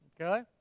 Okay